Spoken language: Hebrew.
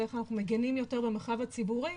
ואיך אנחנו מגינים יותר במרחב הציבורי?